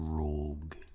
rogue